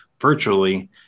virtually